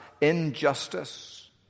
injustice